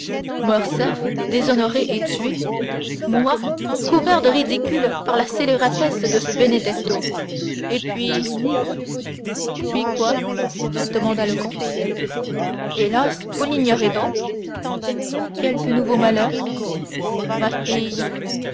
déshonoré et tué moi couvert de ridicule par la scélératesse de ce benedetto et puis puis quoi demanda le comte hélas vous l'ignorez donc quelque nouveau malheur ma fille